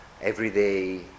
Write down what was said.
everyday